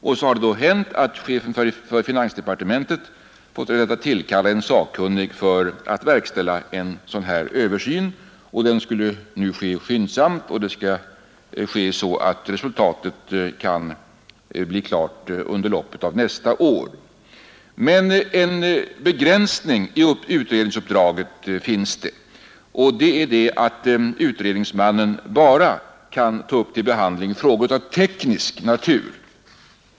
Och så har detta hänt att chefen för finansdepartementet har tillkallat en sakkunnig för att verkställa en sådan här översyn. Den skulle ske skyndsamt så att resultatet kan bli klart under loppet av nästa år. Men en begränsning i utredningsuppdraget finns, och den är att utredningsmannen bara kan ta upp till behandling frågor av teknisk natur.